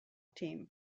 team